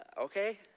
Okay